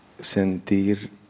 sentir